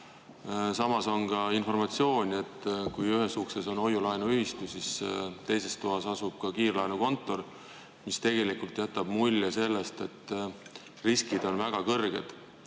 tagatud. On ka informatsiooni, et kui ühe ukse taga on hoiu-laenuühistu, siis teises toas asub ka kiirlaenukontor, mis tegelikult jätab mulje sellest, et riskid on väga kõrged.